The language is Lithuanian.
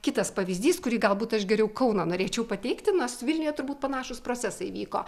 kitas pavyzdys kurį galbūt aš geriau kauną norėčiau pateikti nors vilniuje turbūt panašūs procesai vyko